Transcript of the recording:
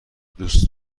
دوست